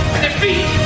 defeat